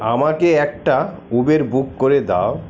আমাকে একটা Uber book করে দাও